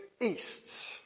east